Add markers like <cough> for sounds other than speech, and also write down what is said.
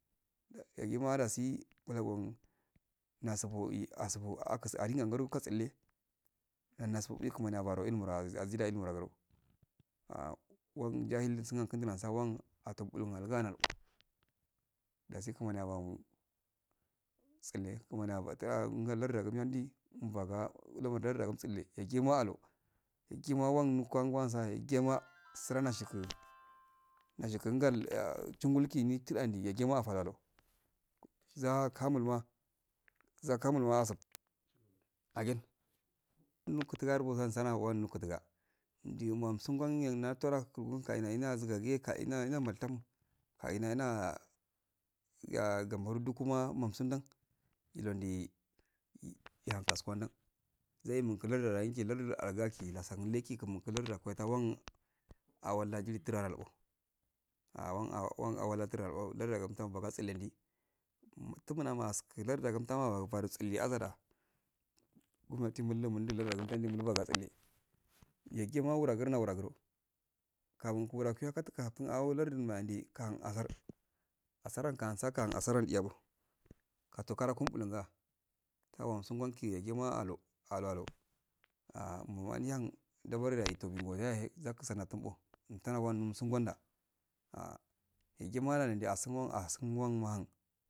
Yagima dasi blongu nasofo e asofo akuso adinyagodo katsille nanasofe kunani ya baru iluma a azida ilimua agro ah wan johl sunasu wan atubum algana <noise> dasi kuman yabomu tsale abatha laedigum miyadi mbaga lardiya gum tselle yagima alu yagima wanukan wan sahe gima <noise> sra nashinku nashigul kan chigul kidandi kidandi yagima afarndo zakamulma zakamulma asap again nukuta garba masana wara nutuga ndi wan sun ganyen natira kukun kaina ina zigage kaina ina maltan kaina ina gambaru dukuma nonsudo uondi yahun kaskuwandan <noise> zainugu lard kaita wan awalda jilitralalbo awan awa owan awrto larduwagunta gama tsilendi mtumuaga ski lardama guntamaga baru tsillidi azada gumnati muigi mundalarda gua <noise> <unintelligible> yagima wura gumna wura wurugro kabuu kubura kuya katka ahum larda nahun di e kahan ajar asarka nsakahan diyango kato karagun diyango kato karagum mbtuga tawa yakima ala alualo ah moma ndihan dabarida yita bimboyahe zaktanatum-o intawan sumbon da sh yagimada asunbon asun wan mahun